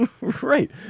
Right